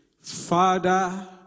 Father